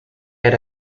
had